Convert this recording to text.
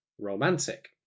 romantic